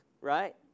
right